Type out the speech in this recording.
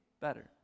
better